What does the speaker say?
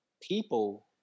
people